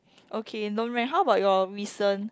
okay don't rank how about your recent